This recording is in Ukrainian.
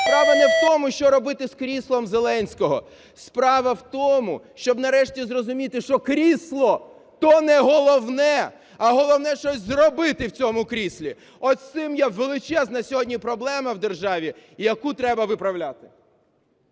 Справа не в тому, що робити з кріслом Зеленського, справа в тому, щоб нарешті зрозуміти, що крісло – то не головне, а головне – щось зробити в цьому кріслі. От з цим є величезна сьогодні проблема в державі, яку треба виправляти.